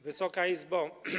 Wysoka Izbo!